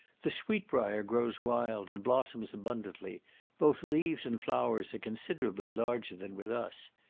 the sweetbrier grows wild, and blossoms abundantly both leaves and flowers are considerably larger than with us.